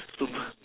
super